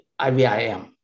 IVIM